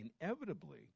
inevitably